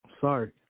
Sorry